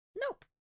Nope